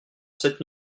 cette